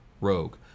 rogue